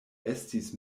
estis